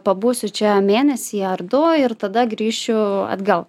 pabūsiu čia mėnesį ar du ir tada grįšiu atgal